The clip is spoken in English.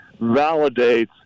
validates